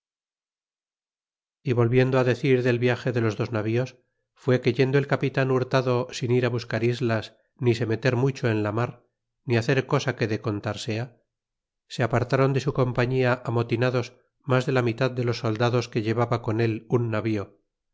y volviendo decir del viage de los dos navíos fue que yendo el capitan hurtado sin ir á buscar islas ni se meter mucho en la mar ni hacer cosa que de contar sea se apartáron de su compañía amotinados mas de la mitad de los soldados que llevaba con él un navío